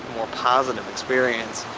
more positive experience.